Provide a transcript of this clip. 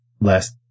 last